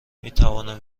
میتوانم